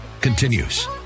continues